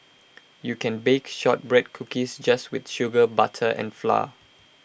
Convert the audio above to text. you can bake Shortbread Cookies just with sugar butter and flour